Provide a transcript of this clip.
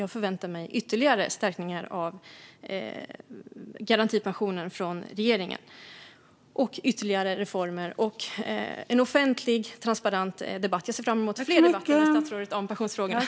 Jag förväntar mig ytterligare stärkningar av garantipensionen från regeringen, ytterligare reformer och en offentlig transparent debatt. Jag ser fram mot fler debatter med statsrådet om pensionsfrågorna.